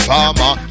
Farmer